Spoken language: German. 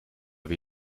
wie